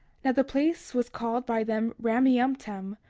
now the place was called by them rameumptom,